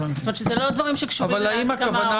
זאת אומרת שאלה לא דברים שקשורים להסכמה או